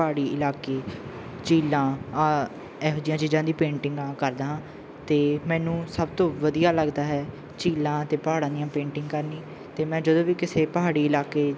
ਪਹਾੜੀ ਇਲਾਕੇ ਝੀਲਾਂ ਇਹੋ ਜਿਹੀਆਂ ਚੀਜ਼ਾਂ ਦੀ ਪੇਂਟਿੰਗਾਂ ਕਰਦਾ ਹਾਂ ਅਤੇ ਮੈਨੂੰ ਸਭ ਤੋਂ ਵਧੀਆ ਲੱਗਦਾ ਹੈ ਝੀਲਾਂ ਅਤੇ ਪਹਾੜਾਂ ਦੀਆਂ ਪੇਂਟਿੰਗ ਕਰਨੀ ਅਤੇ ਮੈਂ ਜਦੋਂ ਵੀ ਕਿਸੇ ਪਹਾੜੀ ਇਲਾਕੇ